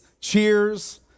Cheers